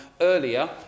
earlier